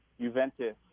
Juventus